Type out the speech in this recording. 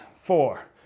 four